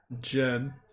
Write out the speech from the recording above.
jen